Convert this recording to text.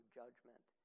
judgment